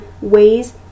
ways